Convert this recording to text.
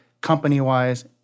company-wise